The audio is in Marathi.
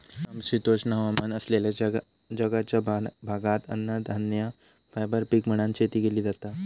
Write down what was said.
समशीतोष्ण हवामान असलेल्या जगाच्या भागात अन्नधान्य, फायबर पीक म्हणान शेती केली जाता